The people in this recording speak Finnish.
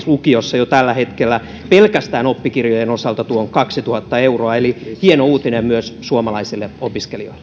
lukiossa jo tällä hetkellä pelkästään oppikirjojen osalta tuon kaksituhatta euroa eli hieno uutinen myös suomalaisille opiskelijoille